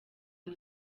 ngo